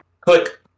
Click